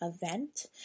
event